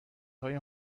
های